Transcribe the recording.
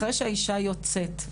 אחרי שהאישה יוצאת,